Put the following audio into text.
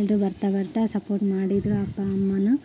ಎಲ್ಲರೂ ಬರ್ತಾ ಬರ್ತಾ ಸಪೋರ್ಟ್ ಮಾಡಿದರು ಅಪ್ಪ ಅಮ್ಮನೂ